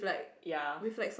ya